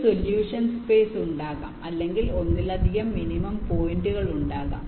ഒരു solution space ഉണ്ടാകാം അല്ലെങ്കിൽ ഒന്നിലധികം മിനിമം പോയിന്റുകൾ ഉണ്ടാകാം